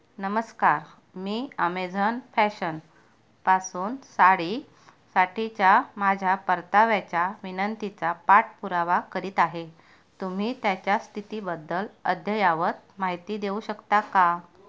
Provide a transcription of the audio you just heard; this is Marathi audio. नमस्कार मी अमेझॉन फॅशन पासून साडीसाठीच्या माझ्या परताव्याच्या विनंतीचा पाठपुरावा करीत आहे तुम्ही त्याच्या स्थितीबद्धल अद्ययावत माहिती देऊ शकता का